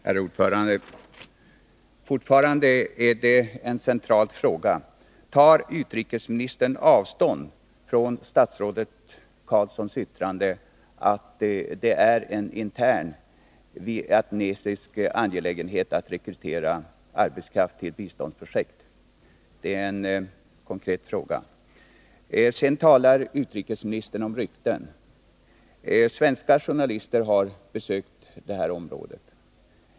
Herr talman! Fortfarande är det en central fråga: Tar utrikesministern avstånd från statsrådet Carlssons yttrande, att det är en intern vietnamesisk angelägenhet hur man rekryterar arbetskraft till biståndsprojekt? Det är en konkret fråga. Utrikesministern talar om rykten. Svenska journalister har besökt området.